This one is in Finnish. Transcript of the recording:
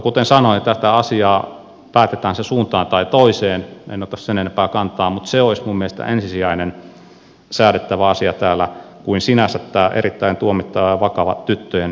kuten sanoin tämä asia päätetään se suuntaan tai toiseen en ota sen enempää kantaa mutta se olisi minusta ensisijaisemmin säädettävä asia täällä kuin sinänsä tämä erittäin tuomittava ja vakava tyttöjen ympärileikkausasia